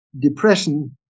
depression